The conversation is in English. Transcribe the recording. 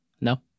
no